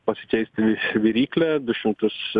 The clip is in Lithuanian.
pasikeisti viryklę du šimtus